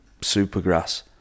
Supergrass